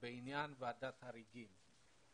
בעניין ועדת חריגים.